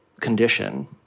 condition